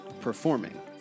performing